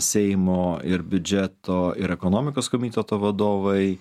seimo ir biudžeto ir ekonomikos komiteto vadovai